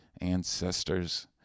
ancestors